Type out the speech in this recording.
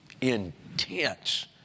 intense